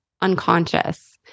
unconscious